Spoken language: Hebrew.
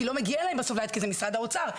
כי לא מגיע אליהם בסוף ליד כי זה משרד האוצר.